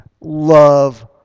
love